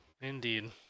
indeed